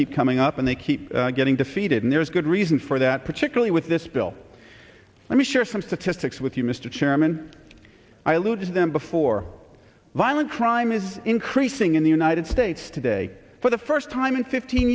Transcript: keep coming up and they keep getting defeated and there's good reason for that particularly with this bill let me share some statistics with you mr chairman i lose them before violent crime is increasing in the united states today for the first time in fifteen